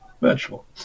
virtual